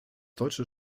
deutsche